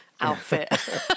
outfit